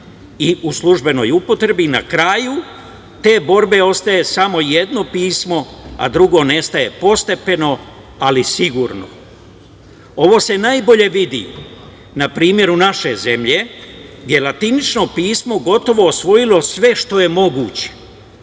i u službenoj upotrebi i na kraju te borbe ostaje samo jedno pismo, a drugo nestaje postepeno, ali sigurno. Ovo se najbolje vidi na primeru naše zemlje, jer je latinično pismo gotovo osvojilo sve što je moguće,